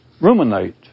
Ruminate